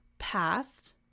past